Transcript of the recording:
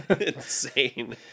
insane